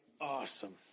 awesome